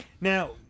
Now